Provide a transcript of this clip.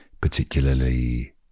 particularly